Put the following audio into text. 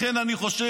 לכן אני חושב